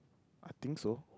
I think so